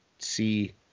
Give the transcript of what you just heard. see